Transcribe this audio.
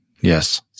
Yes